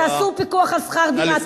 תעשו פיקוח על שכר דירה.